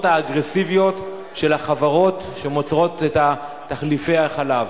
האגרסיביות של החברות שמייצרות את תחליפי החלב.